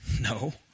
No